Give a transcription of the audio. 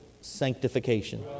sanctification